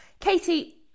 Katie